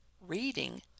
reading